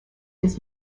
his